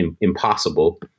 impossible